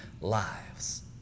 lives